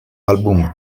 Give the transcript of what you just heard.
album